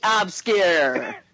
obscure